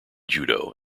judo